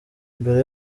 mbere